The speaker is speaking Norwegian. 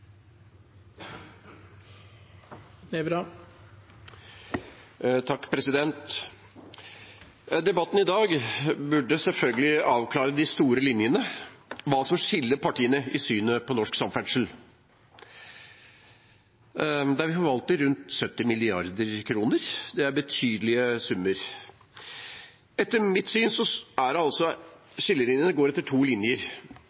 Debatten i dag burde selvfølgelig avklare de store linjene – hva som skiller partiene i synet på norsk samferdselspolitikk, hvor vi forvalter rundt 70 mrd. kr. Dette er betydelige summer. Etter mitt syn går skillelinjene langs to akser. Den ene aksen er